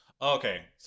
Okay